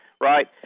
right